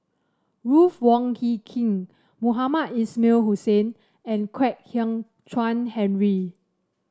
Ruth Wong Hie King Mohamed Ismail Hussain and Kwek Hian Chuan Henry